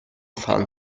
fahren